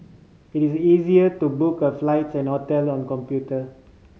it is easier to book a flights and hotel on computer